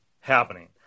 happening